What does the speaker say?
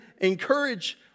encourage